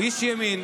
הוא איש ימין,